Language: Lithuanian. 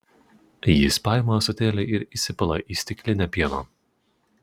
jis paima ąsotėlį ir įsipila į stiklinę pieno